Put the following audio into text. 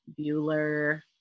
Bueller